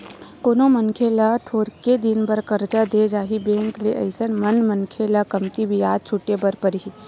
कोनो मनखे ल थोरके दिन बर करजा देय जाही बेंक ले अइसन म मनखे ल कमती बियाज छूटे बर परही